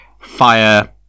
fire